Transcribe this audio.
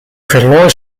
verloor